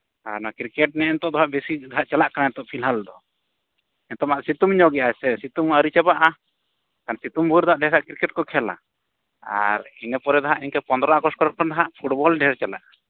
ᱟᱨ ᱚᱱᱟ ᱠᱨᱤᱠᱮᱹᱴ ᱜᱮ ᱦᱟᱸᱜ ᱱᱤᱛᱳᱜ ᱫᱚ ᱦᱟᱸᱜ ᱵᱤᱥᱤ ᱪᱟᱞᱟᱜ ᱠᱟᱱᱟ ᱱᱤᱛᱳᱜ ᱯᱷᱤᱞᱦᱟᱞ ᱫᱚ ᱱᱤᱛᱳᱜ ᱢᱟ ᱥᱤᱛᱩᱝ ᱧᱚᱜᱮᱫᱼᱟᱭ ᱦᱮᱸᱥᱮ ᱥᱤᱛᱩᱝ ᱦᱚᱸ ᱟᱹᱣᱨᱤ ᱪᱟᱵᱟᱜᱼᱟ ᱟᱨ ᱥᱤᱛᱩᱝ ᱵᱷᱳᱨ ᱫᱚ ᱰᱷᱮᱨ ᱦᱟᱸᱜ ᱠᱨᱤᱠᱮᱴ ᱠᱚ ᱠᱷᱮᱞᱟ ᱟᱨ ᱤᱱᱟᱹᱯᱚᱨᱮ ᱫᱚ ᱦᱟᱸᱜ ᱤᱱᱠᱟᱹ ᱯᱚᱸᱫᱽᱨᱚ ᱟᱜᱚᱥᱴ ᱠᱚᱨᱮ ᱠᱷᱚᱱ ᱫᱚ ᱦᱟᱸᱜ ᱯᱷᱩᱴᱵᱚᱞ ᱰᱷᱮᱨ ᱪᱟᱞᱟᱜᱼᱟ